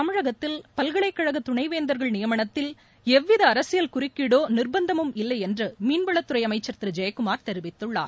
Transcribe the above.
தமிழகத்தில் பல்கலைக்கழக துணைவேந்தர்கள் நியமனத்தில் எவ்வித அரசியல் குறிக்கீடோ நிர்பந்தமும் இல்லை என்று மீன்வளத்துறை அமைச்சர் திரு ஜெயக்குமார் தெரிவித்துள்ளார்